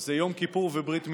זה יום כיפור וברית מילה,